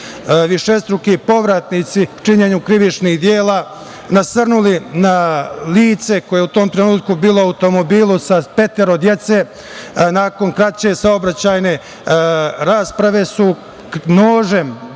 višestruki povratnici u činjenju krivičnih dela nasrnuli na lice koje je u tom trenutku bilo u automobilu sa petoro dece. nakon kraće saobraćajne rasprave su nožem